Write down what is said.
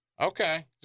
Okay